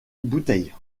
bouteilles